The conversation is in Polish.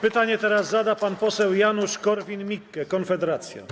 Pytanie teraz zada pan poseł Janusz Korwin-Mikke, Konfederacja.